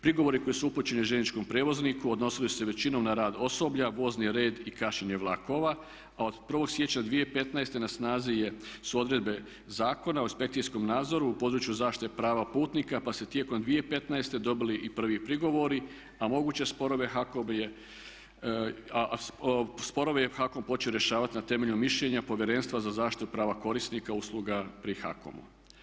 Prigovori koji su upućeni željezničkom prijevozniku odnosili su se većinom na rad osoblja, vozni red i kašnjenje vlakova, a od 1. siječnja 2015. na snazi su odredbe Zakona o inspekcijskom nadzoru u području zaštite prava putnika pa su se tijekom 2015. dobili i prvi prigovori, a moguće sporove HAKOM je, a sporove je HAKOM počeo rješavati na temelju mišljenja Povjerenstva za zaštitu prava korisnika, usluga pri HAKOM-u.